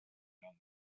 young